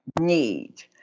need